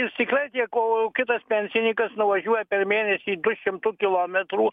jis tikrai tiek o kitas pensininkas nuvažiuoja per mėnesį du šimtu kilometrų